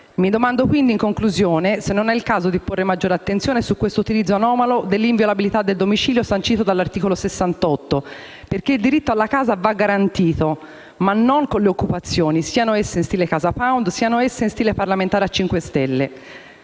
Mi domando quindi, in conclusione, se non è il caso di porre maggiore attenzione su questo utilizzo anomalo dell'inviolabilità del domicilio, sancito dall'articolo 68 della Costituzione, perché il diritto alla casa va garantito, ma non con le occupazioni, siano esse in stile Casa Pound o siano esse in stile parlamentare 5 stelle.